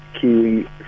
Kiwi